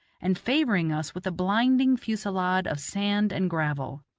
and favoring us with a blinding fusilade of sand and gravel.